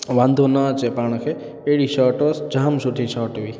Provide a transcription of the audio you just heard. वांदो न अचे पाण खे अहिड़ी शॉट हुअसि जामु सुठी शॉट हुई